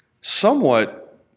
somewhat